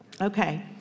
Okay